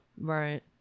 Right